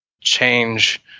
change